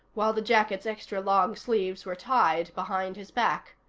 while the jacket's extra-long sleeves were tied behind his back.